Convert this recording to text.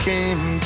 Came